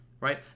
right